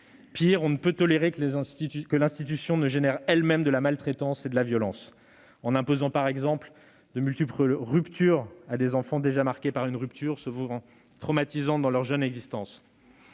Pis, on ne peut tolérer que l'institution engendre elle-même de la maltraitance et de la violence, en imposant par exemple de multiples ruptures à des enfants déjà marqués par une séparation souvent traumatisante dans leur jeune existence.